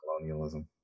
colonialism